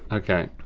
okay.